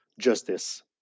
justice